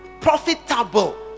profitable